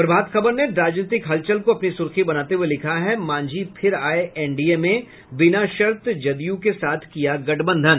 प्रभात खबर ने राजनीतिक हलचल को अपनी सुर्खी बनाते हुए लिखा है मांझी फिर आये एनडीए में बिना शर्त जदयू के साथ किया गठबंधन